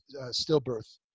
stillbirth